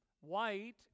White